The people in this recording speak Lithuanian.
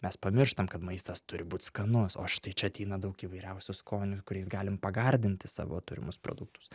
mes pamirštam kad maistas turi būt skanus o štai čia ateina daug įvairiausio skonių kuriais galima pagardinti savo turimus produktus